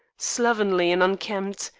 slovenly and unkempt,